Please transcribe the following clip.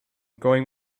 going